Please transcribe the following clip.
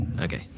okay